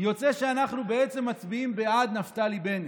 יוצא שאנחנו בעצם מצביעים בעד נפתלי בנט.